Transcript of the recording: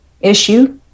issue